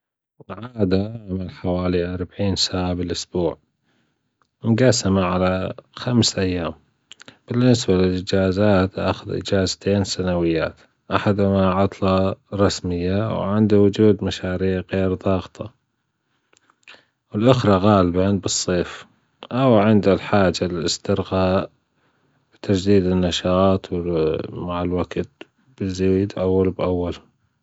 بالعادة أعمل حوالي أربعين ساعة بالأسبوع مجسمة على خمس أيام بالنسبة للإجازات أخذ إجازتين سنويات أحدمها عطلة رسمية وعند وجود مشاريع غير ضاغطة والأخره غالبًا بالصيف أو عند الحاجة للأسترخاء وتجديد النشاط و ال- مع الوججت بالذات أول بأول.